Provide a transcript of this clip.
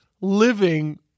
living